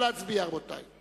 נא להצביע, רבותי.